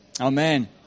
Amen